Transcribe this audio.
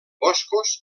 boscos